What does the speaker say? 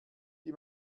die